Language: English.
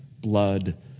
blood